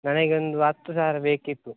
ನನಗೊಂದು ಹತ್ತು ಸಾವಿರ ಬೇಕಿತ್ತು